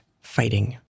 fighting